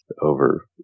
over